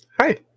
Hi